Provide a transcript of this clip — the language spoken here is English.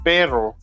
Pero